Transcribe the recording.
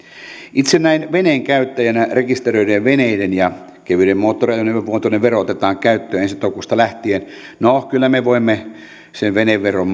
itse näin veneenkäyttäjänä sanon kun rekisteröityjen veneiden ja kevyiden moottoriajoneuvojen vuotuinen vero otetaan käyttöön ensi toukokuusta lähtien että no kyllä me voimme sen veneveron